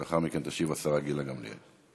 לאחר מכן תשיב השרה גילה גמליאל.